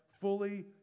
fully